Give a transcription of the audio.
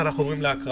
אנחנו עוברים להקראה.